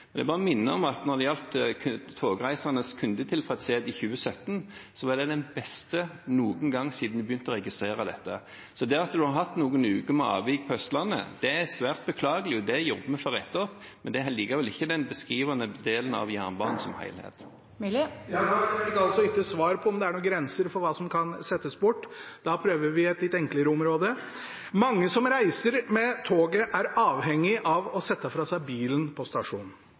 bare minne om at de togreisendes kundetilfredshet i 2017 var den beste noen gang siden vi begynte å registrere dette. Det at man har hatt noen uker med avvik på Østlandet, er svært beklagelig, og det jobber vi for å rette opp, men det beskriver likevel ikke jernbanen som helhet. Det åpnes for oppfølgingsspørsmål – først Sverre Myrli. Jeg fikk altså ikke svar på om det er noen grenser for hva som kan settes bort. Da prøver vi et litt enklere område: Mange som reiser med toget, er avhengig av å sette fra seg bilen på stasjonen.